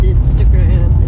Instagram